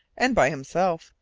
and by himself,